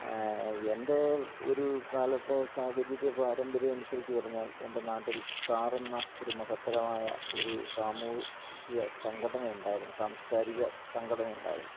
എന്റെ ഒരു കാലത്ത് സാഹചര്യ പാരമ്പര്യമനുസരിച്ചു പറഞ്ഞ എന്റെ നാട്ടില് സ്റ്റാറെന്ന ഒരു മഹത്തരമായ ഒരു സാമൂഹ്യ സംഘടന ഉണ്ടായിരുന്നു സംസ്കാരിക സംഘടന ഉണ്ടായിരുന്നു